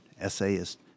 essayist